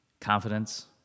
confidence